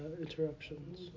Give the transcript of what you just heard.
interruptions